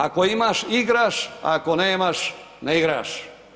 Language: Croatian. Ako imaš, igraš, ako nemaš, ne igraš.